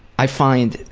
i find